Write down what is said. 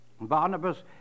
Barnabas